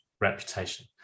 reputation